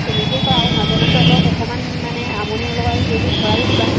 তেনেকৈ কৰা আৰু মাজে মাজে অলপ অকণমান মানে আমনি নলগাকৈ কিবাকিবি ভৰাইও দিবা